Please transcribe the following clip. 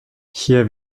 hier